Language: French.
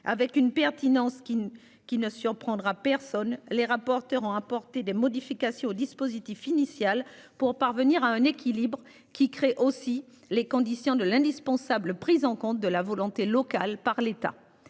avec une pertinence qui ne, qui ne surprendra personne. Les rapporteurs ont apporté des modifications au dispositif initial. Pour parvenir à un équilibre qui crée aussi les conditions de l'indispensable prise en compte de la volonté locale par l'État.